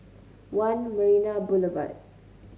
One Marina Boulevard